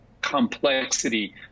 complexity